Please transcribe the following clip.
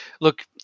Look